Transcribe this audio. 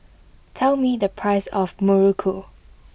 tell me the price of Muruku